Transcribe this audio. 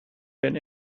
been